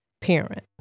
parent